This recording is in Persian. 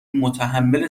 متحمل